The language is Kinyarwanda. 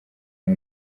ngo